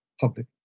public